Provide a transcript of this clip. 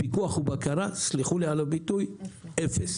מבחינת פיקוח ובקרה, תסלחו לי על המילה, אפס.